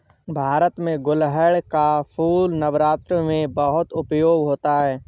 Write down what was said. भारत में गुड़हल का फूल नवरात्र में बहुत उपयोग होता है